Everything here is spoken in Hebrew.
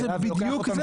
זה בדיוק זה.